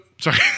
Sorry